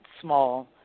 small